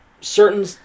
certain